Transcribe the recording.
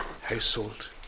household